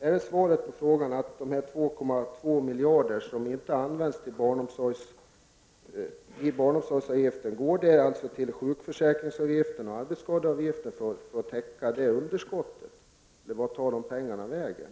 Är svaret på frågan att dessa 2,2 miljarder som inte används av barnomsorgsavgiften går till att täcka underskottet när det gäller sjukförsäkringsoch ar betsskadeavgiften, eller vart tar pengarna vägen?